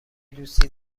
دوستی